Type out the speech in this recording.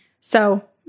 So-